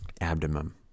Abdomen